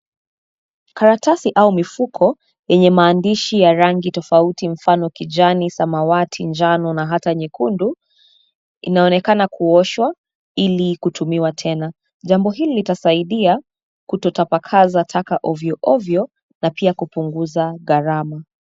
Karatasi au mifuko yenye maandishi ya rangi tofauti mfano kijani, samawati, njano na hata nyekundu. Inaonekana kuoshwa ili kutumiwa tena, jambo hili litasaidia kutotapakaza taka ovyo ovyo na pia kupunguza gharama.